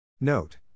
Note